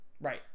Right